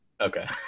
okay